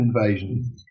invasion